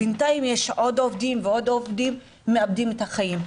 בינתיים יש עוד עובדים ועוד עובדים שמאבדים את החיים.